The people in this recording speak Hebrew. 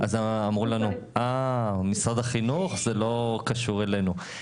אז אמרו לנו: אה, משרד החינוך, זה לא קשור אלינו.